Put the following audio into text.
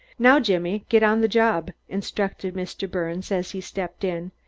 now, jimmy, get on the job, instructed mr. birnes, as he stepped in.